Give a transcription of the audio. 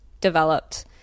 developed